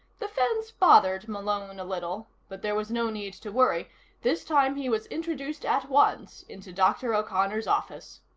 the fence bothered malone a little, but there was no need to worry this time he was introduced at once into dr. o'connor's office.